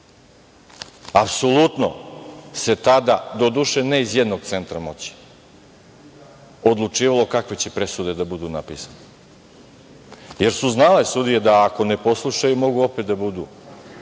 Apsolutno se tada, doduše ne iz jednog centra moći, odlučivalo kakve će presude da budu napisane, jer su znale sudije da ako ne poslušaju, mogu opet da budu